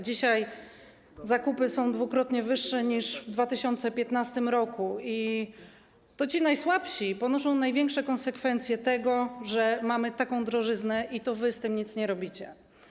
Dzisiaj zakupy są dwukrotnie droższe niż w 2015 r., i to ci najsłabsi ponoszą największe konsekwencje tego, że mamy taką drożyznę, a wy nic z tym nie robicie.